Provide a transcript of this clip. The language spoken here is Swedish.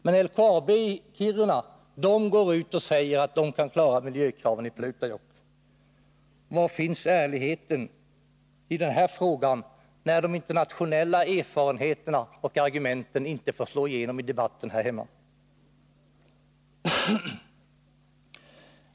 Men LKAB i Kiruna går ut och säger att man kan klara miljökraven i Pleutajokk. Var finns ärligheten i den här frågan när de internationella erfarenheterna och argumenten inte får slå igenom i debatten här hemma?